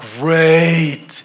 great